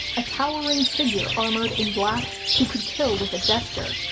a towering figure armored in black who could kill with a gesture.